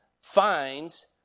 finds